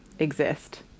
exist